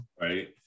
right